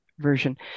version